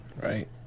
Right